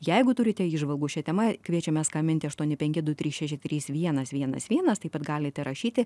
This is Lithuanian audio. jeigu turite įžvalgų šia tema kviečiame skambinti aštuoni penki du trys šeši trys vienas vienas vienas taip pat galite rašyti